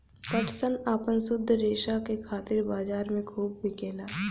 पटसन आपन शुद्ध रेसा क खातिर बजार में खूब बिकेला